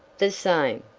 the same.